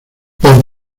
por